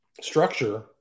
structure